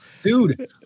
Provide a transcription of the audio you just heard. dude